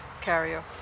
carrier